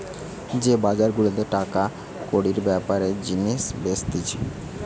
যে বাজার গুলাতে টাকা কড়ির বেপারে জিনিস বেচতিছে